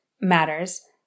matters